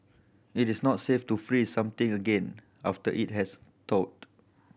it is not safe to freeze something again after it has thawed